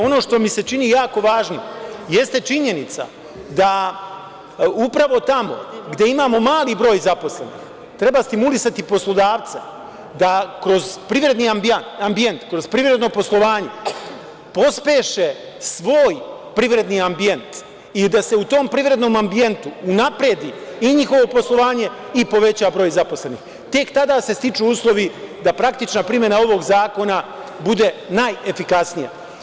Ono što mi se čini jako važnim jeste činjenica da upravo tamo gde imamo mali broj zaposlenih treba stimulisati poslodavca da kroz privredni ambijent, kroz privredno poslovanje pospeše svoj privredni ambijent i da se u tom privrednom ambijentu unapredi i njihovo poslovanje i povećava broj zaposlenih, tek tada se stiču uslovi da praktična primena ovog zakona bude najefikasnija.